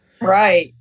Right